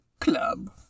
club